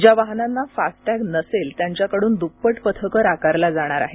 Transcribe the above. ज्या वाहनांना फास्टॅग नसेल त्यांच्याकडून दुप्पट पथकर आकारला जाणार आहे